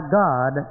god